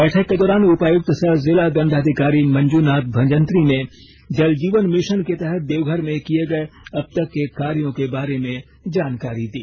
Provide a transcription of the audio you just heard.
बैठक के दौरान उपायुक्त सह जिला दण्डाधिकारी मंजूनाथ भजंत्री ने जल जीवन मिशन के तहत देवघर में किए गए अब तक के कार्यों के बारे में जानकारी दी